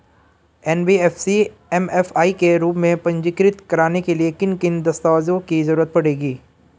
NBFC MFI के रूप में पंजीकृत कराने के लिए किन किन दस्तावेजों की जरूरत पड़ेगी?